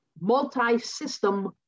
multi-system